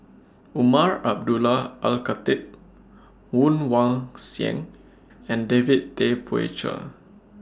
Umar Abdullah Al Khatib Woon Wah Siang and David Tay Poey Cher